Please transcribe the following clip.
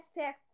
pick